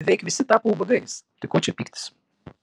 beveik visi tapo ubagais tai ko čia pyktis